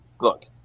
look